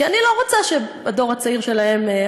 כי אני לא רוצה שהדור הצעיר שלהם,